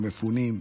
המפונים.